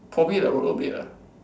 probably the rollerblade ah